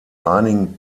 einigen